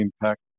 impact